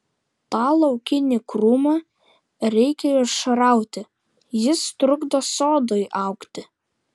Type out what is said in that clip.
tą laukinį krūmą reikia išrauti jis trukdo sodui augti